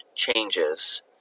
changes